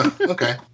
Okay